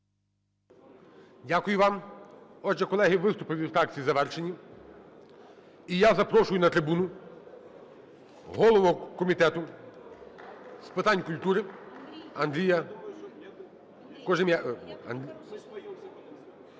Дякую вам. Отже, колеги, виступи від фракції завершені. І я запрошую на трибуну голову Комітету з питань культури Андрія…